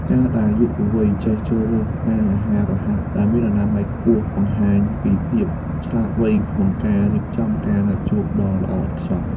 ការដែលយុវវ័យចេះជ្រើសរើសហាងអាហាររហ័សដែលមានអនាម័យខ្ពស់ បង្ហាញពីភាពឆ្លាតវៃក្នុងការរៀបចំការណាត់ជួបដ៏ល្អឥតខ្ចោះ។